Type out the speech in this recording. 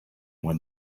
when